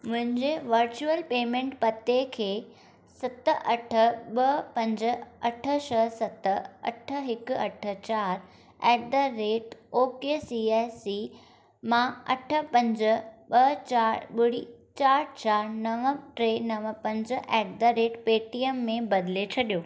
मुंहिंजे virtual payment पते खे सत अठ ॿ पंज अठ छह सत अठ हिकु अठ चारि at the rate O K C S C मां अठ पंज ॿ चारि बुडी चारि चारि नव टे नव पंज ऐट द रेट पेटीएम में बदिले छॾियो